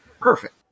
perfect